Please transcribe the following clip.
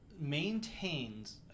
maintains